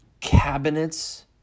cabinets